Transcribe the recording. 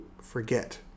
forget